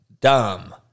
dumb